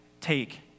take